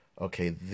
Okay